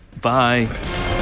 bye